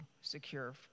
secure